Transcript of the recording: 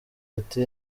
ati